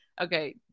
okay